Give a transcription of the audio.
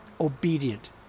obedient